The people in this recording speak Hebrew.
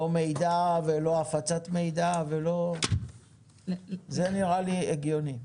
לא מידע ולא הפצת מידע ולא, זה נראה לי הגיוני.